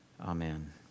amen